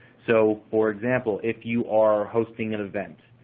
so for example, if you are hosting an event,